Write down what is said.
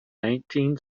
nineteen